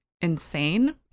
insane